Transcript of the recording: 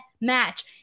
match